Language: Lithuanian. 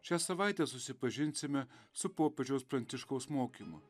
šią savaitę susipažinsime su popiežiaus pranciškaus mokymu